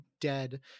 dead